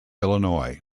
illinois